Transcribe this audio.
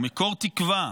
הוא מקור תקווה.